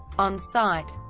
on-site